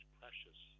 precious